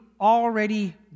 already